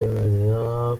yemera